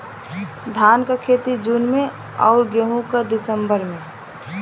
धान क खेती जून में अउर गेहूँ क दिसंबर में?